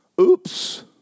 oops